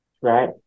Right